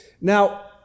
Now